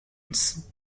its